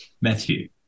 Matthew